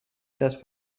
دست